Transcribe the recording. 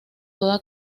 toda